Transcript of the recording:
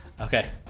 Okay